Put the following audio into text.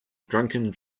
drunken